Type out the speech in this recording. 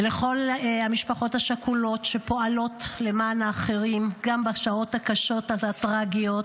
ולכל המשפחות השכולות שפועלות למען האחרים גם בשעות הקשות הטרגיות.